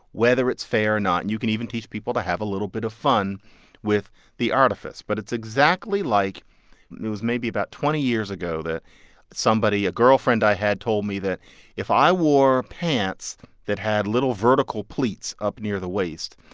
whether it's fair or not. and you can even teach people to have a little bit of fun with the artifice. but it's exactly like it was maybe about twenty years ago that somebody a girlfriend i had told me that if i wore pants that had little vertical pleats up near the waist,